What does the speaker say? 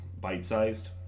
bite-sized